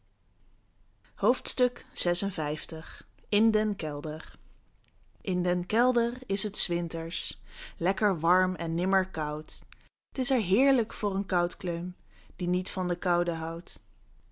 in den kelder in den kelder is het s winters lekker warm en nimmer koud t is er heerlijk voor een koudkleum die niet van de koude houdt